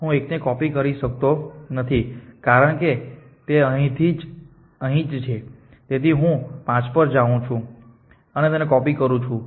હું 1 ની કોપી કરી શકતો નથી કારણ કે તે અહીં છે તેથી હું 5 પર જાઉં છું અને તેની કોપી કરું છું